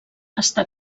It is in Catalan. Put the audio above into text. està